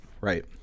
Right